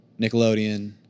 Nickelodeon